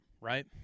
right